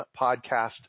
podcast